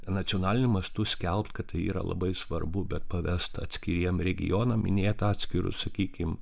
nacionaliniu mastu skelbt kad tai yra labai svarbu bet pavest atskiriem regionam minėt atskirus sakykim